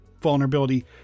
vulnerability